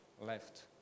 left